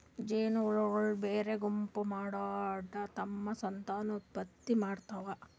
ಜೇನಹುಳಗೊಳ್ ಬ್ಯಾರೆ ಗುಂಪ್ ಮಾಡ್ಕೊಂಡ್ ತಮ್ಮ್ ಸಂತಾನೋತ್ಪತ್ತಿ ಮಾಡ್ತಾವ್